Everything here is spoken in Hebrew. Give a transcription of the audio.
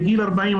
בגיל 40,